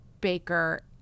baker